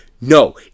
no